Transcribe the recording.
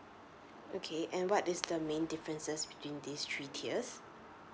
okay and what is the main differences between these three tiers